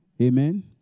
Amen